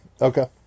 Okay